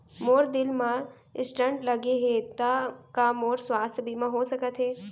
मोर दिल मा स्टन्ट लगे हे ता का मोर स्वास्थ बीमा हो सकत हे?